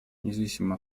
независимо